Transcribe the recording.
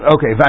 Okay